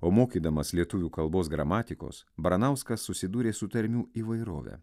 o mokydamas lietuvių kalbos gramatikos baranauskas susidūrė su tarmių įvairovę